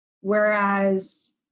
Whereas